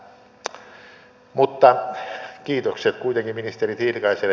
mutta kiitokset kuitenkin ministeri tiilikaiselle